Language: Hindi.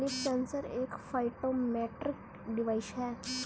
लीफ सेंसर एक फाइटोमेट्रिक डिवाइस है